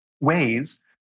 ways